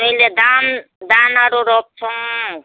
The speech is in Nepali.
हामीले धान धानहरू रोप्छौँ